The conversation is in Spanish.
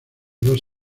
dos